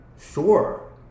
Sure